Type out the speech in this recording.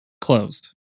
closed